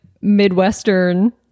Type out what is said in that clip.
Midwestern